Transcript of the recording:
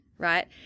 right